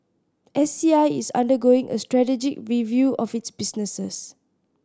S C I is undergoing a strategic review of its businesses